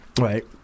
Right